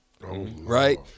Right